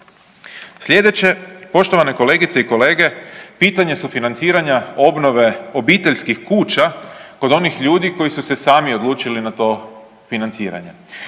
Slijedeće poštovane kolegice i kolege pitanje sufinanciranja obnove obiteljskih kuća kod onih ljudi koji su se sami odlučili na to financiranje.